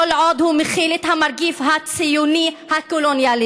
עוד הוא מכיל את המרכיב הציוני הקולוניאליסטי.